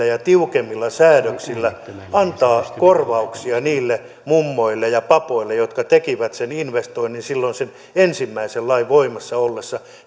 ja tiukemmilla säädöksillä antaa korvauksia niille mummoille ja papoille jotka tekivät sen investoinnin silloin sen ensimmäisen lain voimassa ollessa